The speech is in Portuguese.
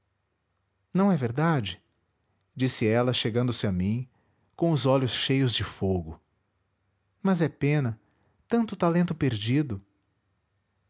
não é verdade disse ela chegando-se a mim com os olhos cheios de fogo mas é pena tanto talento perdido